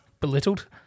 Belittled